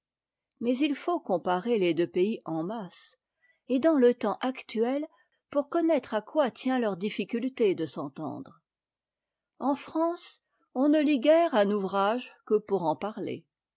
mais il faut comparer les deux pays en masse et dans le temps actuel pour connaître à quoi tient leur difficulté de s'entendre en france on ne lit guère un ouvrage que pour en parler